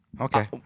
Okay